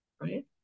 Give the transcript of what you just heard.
Right